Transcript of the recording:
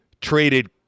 traded